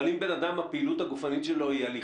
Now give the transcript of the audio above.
אבל אם הפעילות הגופנית של בן אדם היא הליכה,